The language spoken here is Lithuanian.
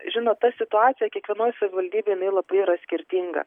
žinot ta situacija kiekvienoj savivaldybėj jinai labai yra skirtinga